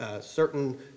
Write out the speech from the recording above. certain